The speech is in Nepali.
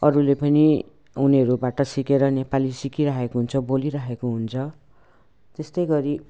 अरूले पनि उनीहरूबाट सिकेर नेपाली सिकिरहेको हुन्छ बोलिरहेको हुन्छ त्यस्तै गरी